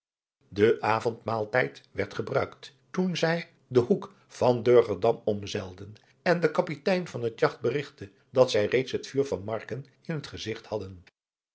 de avondmaaltijd werd gebruikt toen zij den hoek van durgerdam omzeilden en de kapitein van het jagt berigtte dat zij reeds het vuur van marken in het gezigt hadden